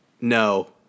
no